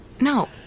No